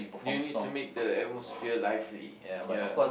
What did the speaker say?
you need to make the atmosphere lively ya